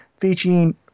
featuring